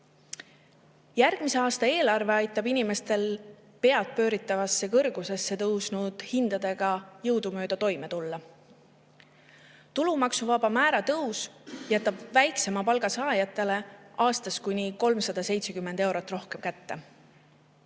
Järgmise aasta eelarve aitab inimestel peadpööritavasse kõrgusesse tõusnud hindadega jõudumööda toime tulla. Tulumaksuvaba määra tõus jätab väiksema palga saajatele aastas kuni 370 eurot rohkem kätte.